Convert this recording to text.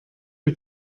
wyt